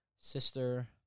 Sister